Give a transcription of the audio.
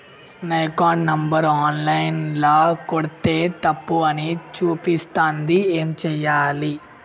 నా account number online ల కొడ్తే తప్పు అని చూపిస్తాంది ఏం చేయాలి?